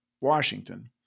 Washington